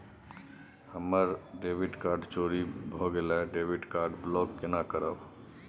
हमर debit card चोरी भगेलै डेबिट कार्ड ब्लॉक केना करब?